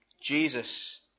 Jesus